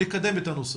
לקדם את הנושא.